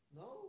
no